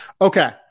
Okay